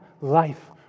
life